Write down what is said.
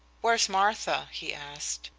where's martha? he asked.